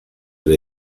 era